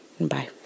bye